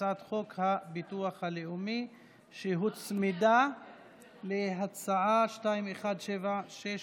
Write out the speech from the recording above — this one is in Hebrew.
הצעת חוק הביטוח הלאומי שהוצמדה להצעה פ/2176.